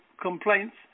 complaints